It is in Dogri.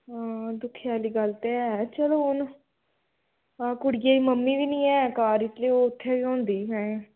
हां दुक्खै आह्ली गल्ल ते है चलो हून हा कुड़िये दी मम्मी बी निं ऐ घर ते उत्थै गै होंदी ऐहें